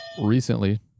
Recently